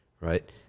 Right